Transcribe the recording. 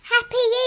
Happy